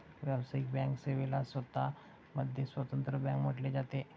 व्यावसायिक बँक सेवेला स्वतः मध्ये स्वतंत्र बँक म्हटले जाते